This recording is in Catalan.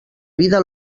vida